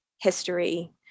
history